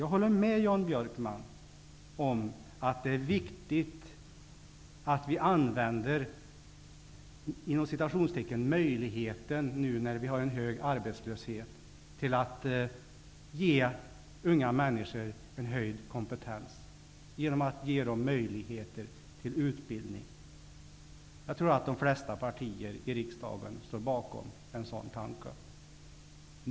Jag håller med Jan Björkman om att det är viktigt att vi nu när vi har en hög arbetslöshet använder ''möjligheten'' att ge unga människor en höjd kompetens genom att ge dem utbildning. Jag tror att de flesta partier i riksdagen står bakom en sådan tanke.